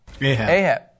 Ahab